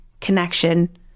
connection